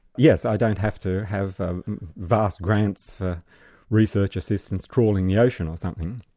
yes, i don't have to have ah vast grants for research assistants trawling the ocean or something.